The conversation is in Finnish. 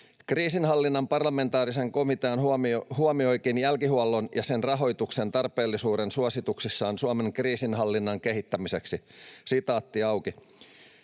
Kriisinhallinnan parlamentaarinen komitea huomioikin jälkihuollon ja sen rahoituksen tarpeellisuuden suosituksissaan Suomen kriisinhallinnan kehittämiseksi: ”Myös